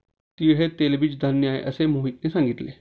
तीळ हे तेलबीज धान्य आहे, असे मोहितने सांगितले